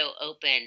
open